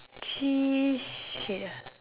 chee~ sh~ err